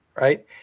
Right